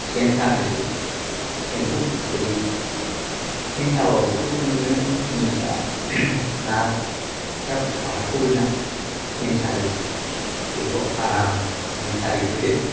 सेन सानोसै सेनखौ ओरै सेन साबाबोथ' नोङो जिनिसआ ना फ्रा बारहरो ना सेन साजों बेखौ आराम मुसारि होदो